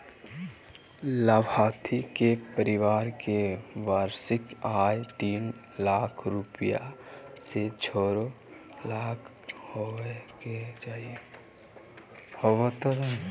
लाभार्थी के परिवार के वार्षिक आय तीन लाख रूपया से छो लाख होबय के चाही